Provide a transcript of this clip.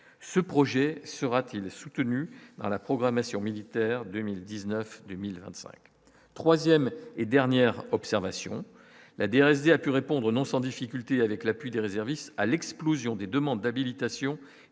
ce projet sera-t-il soutenu par la programmation militaire 2019, 2025 3ème et dernière observation la DRS dit a pu répondre, non sans difficultés, avec l'appui des réservistes à l'explosion des demandes d'habilitation